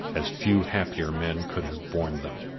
as few happier men could have borne them